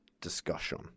discussion